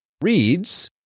reads